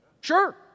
Sure